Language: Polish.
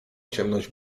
ciemność